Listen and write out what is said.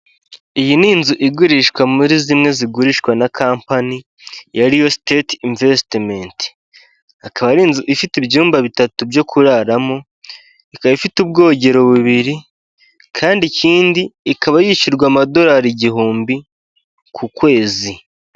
Iyi ni inzu igurishwa muri zimwe zigurishwa na kampani ya riyo siteti invesitimenti, akaba ari inzu ifite ibyumba bitatu byo kuraramo, ikaba ifite ubwogero bubiri, kandi ikindi ikaba yishyurwa amadorari igihumbi ku kwezi.